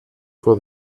for